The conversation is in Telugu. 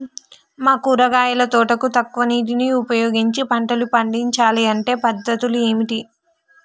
మా కూరగాయల తోటకు తక్కువ నీటిని ఉపయోగించి పంటలు పండించాలే అంటే పద్ధతులు ఏంటివి?